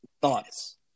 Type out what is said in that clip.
Thoughts